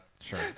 Sure